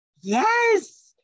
Yes